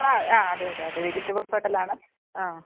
അതെയതെ അതെ vegetables hotel ആണ്